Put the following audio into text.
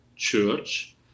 Church